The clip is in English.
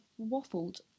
waffled